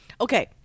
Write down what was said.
Okay